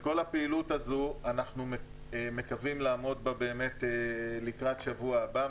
וכל הפעילות הזו אנחנו מקווים לעמוד בה באמת לקראת שבוע הבא.